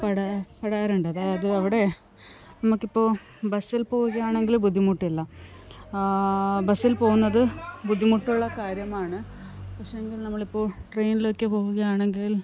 ആടെ അവിടെ രണ്ട് അതായത് അവിടെ നമുക്കിപ്പോള് ബസിൽ പോവുകയാണെങ്കില് ബുദ്ധിമുട്ടില്ല ബസിൽ പോവുന്നത് ബുദ്ധിമുട്ടുള്ള കാര്യമാണ് പക്ഷേങ്കില് നമ്മളിപ്പോള് ട്രെയിനിലൊക്കെ പോവുകയാണെങ്കിൽ